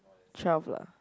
twelve lah